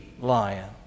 lion